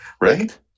right